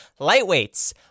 lightweights